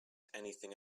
anything